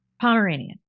Pomeranian